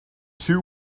two